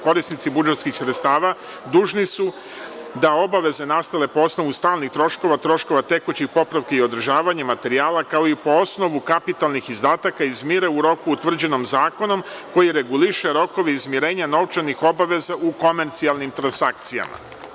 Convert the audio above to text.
Korisnici budžetskih sredstava dužni su da obaveze nastale po osnovu stalnih troškova, troškova tekućih popravki i održavanje materijala, kao i po osnovu kapitalnih izdataka, izmire u roku utvrđenom zakonom koji reguliše rokove izmirenja novčanih obaveza u komercijalnim transakcijama.